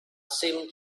seemed